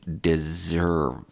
deserve